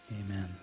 amen